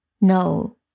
No